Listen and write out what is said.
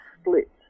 split